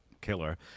killer